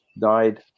died